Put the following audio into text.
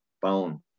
bone